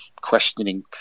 questioning